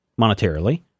monetarily